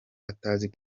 atazi